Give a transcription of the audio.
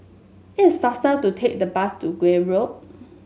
it is faster to take the bus to Gul Road